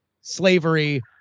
slavery